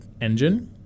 engine